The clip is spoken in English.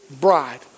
bride